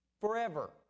forever